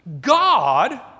God